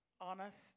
honest